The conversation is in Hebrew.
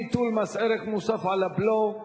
ביטול מס ערך מוסף על הבלו),